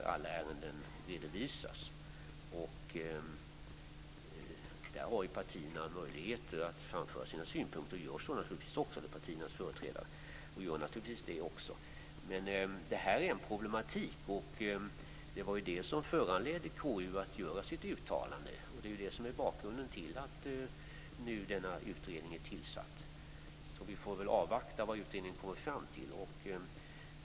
Där har partiernas företrädare möjligheter att framföra sina synpunkter, och så gör de naturligtvis också. Detta är emellertid ett problem. Det var det som föranledde KU att göra sitt uttalande, och det är också det som är bakgrunden till att denna utredning nu är tillsatt. Vi får väl avvakta vad utredningen kommer fram till.